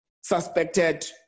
suspected